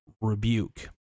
rebuke